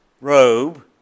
robe